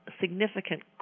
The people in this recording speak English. significant